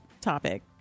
topic